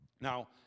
now